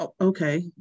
okay